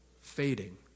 fading